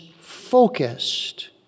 focused